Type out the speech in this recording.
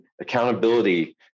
accountability